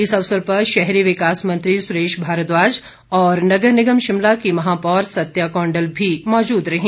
इस अवसर पर शहरी विकास मंत्री सुरेश भारद्वाज और नगर निगम शिमला की महापौर सत्या कौंडल भी मौजूद रहीं